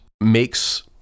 makes